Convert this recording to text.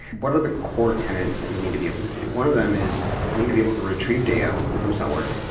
what are the core tenants that you need to be able to do? one of them is i need to be able to retrieve data from somewhere,